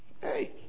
Hey